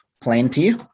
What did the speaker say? plenty